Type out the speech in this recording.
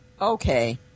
Okay